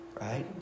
right